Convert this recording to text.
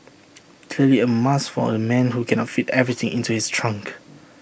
clearly A must for the man who cannot fit everything into his trunk